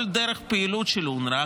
כל דרך הפעילות של אונר"א,